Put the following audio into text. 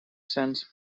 since